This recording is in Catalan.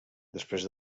després